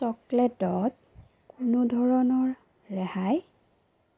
চ'কলেটত কোনো ধৰণৰ ৰেহাই